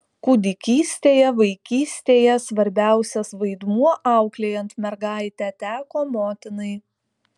kūdikystėje vaikystėje svarbiausias vaidmuo auklėjant mergaitę teko motinai